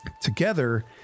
Together